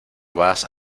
vas